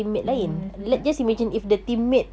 yes betul